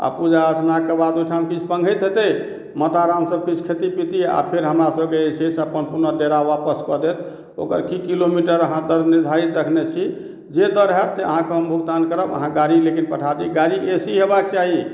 आ पूजा अर्चनाक बाद ओहिठाम किछु पानि घटि हेतै मातारामसभ किछु खेती पीती आ फेर हमरासभक जे अछि से पुनः डेरा वापस कऽ देब ओकर की किलोमीटर अहाँ दर निर्धारित रखने छी जे दर हैत अहाँके हम भुगतान करब अहाँ गाड़ी लेकिन पठा दी गाड़ी ए सी हेबाक चाही